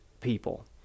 people